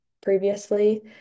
previously